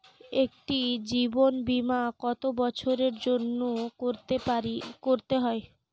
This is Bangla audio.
একটি জীবন বীমা কত বছরের জন্য করতে হয়?